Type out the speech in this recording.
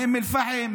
מאום אל-פחם,